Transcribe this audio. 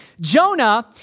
Jonah